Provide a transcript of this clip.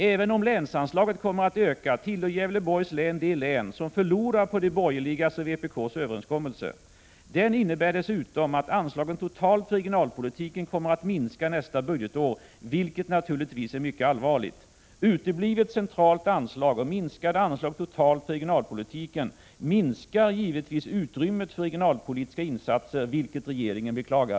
Även om länsanslaget kommer att öka tillhör Gävleborgs län de län som förlorar på de borgerligas och vpk:s överenskommelse. Den innebär dessutom att anslagen totalt för regionalpolitiken kommer att minska nästa budgetår, vilket naturligtvis är mycket allvarligt. Uteblivet centralt anslag och minskade anslag totalt för regionalpolitiken minskar givetvis utrymmet för regionalpolitiska insatser, vilket regeringen beklagar.